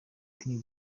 king